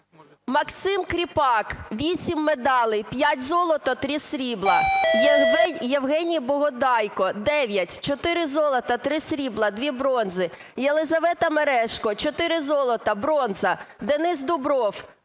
Максим Кріпак – 8 медалей: 5 золота, 3 срібла. Євгеній Богодайко – 9: 4 золота, 3 срібла, 2 бронзи. Єлизавета Мережко: 4 золота, бронза. Денис Дубров: 3 золота, 3 срібла,